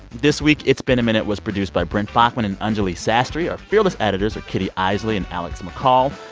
this week, it's been a minute was produced by brent baughman and anjuli sastry. our fearless editors are kitty eisele and alex mccall.